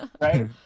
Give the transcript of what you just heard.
right